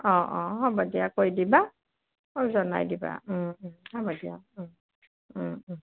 অঁ অঁ হ'ব দিয়া কৈ দিবা মোক জনাই দিবা হ'ব দিয়া